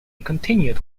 continued